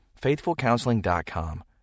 FaithfulCounseling.com